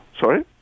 Sorry